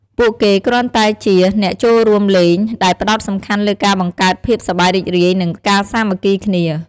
ពួកគេគ្រាន់តែជា អ្នកចូលរួមលេង ដែលផ្ដោតសំខាន់លើការបង្កើតភាពសប្បាយរីករាយ និងការសាមគ្គីគ្នា។